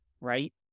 right